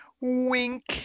wink